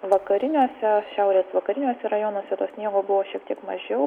vakariniuose šiaurės vakariniuose rajonuose sniego buvo šiek tiek mažiau